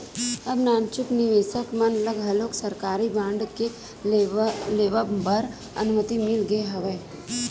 अब नानचुक निवेसक मन ल घलोक सरकारी बांड के लेवब बर अनुमति मिल गे हवय